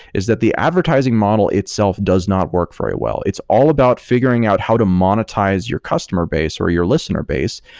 is that the advertising model itself does not work very well. it's all about figuring out how to monetize your customer base or your listener base,